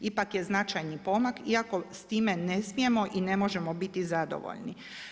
Ipak je značajni pomak iako s time ne smijemo i ne možemo biti zadovoljni.